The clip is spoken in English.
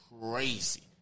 crazy